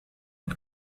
und